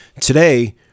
Today